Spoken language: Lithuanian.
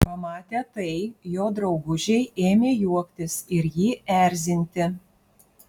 pamatę tai jo draugužiai ėmė juoktis ir jį erzinti